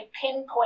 pinpoint